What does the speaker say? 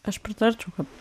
aš pritarčiau kad